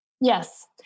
Yes